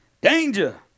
Danger